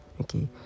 okay